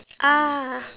ah